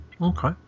Okay